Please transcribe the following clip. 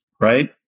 right